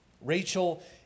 Rachel